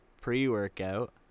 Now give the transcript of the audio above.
pre-workout